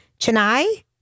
Chennai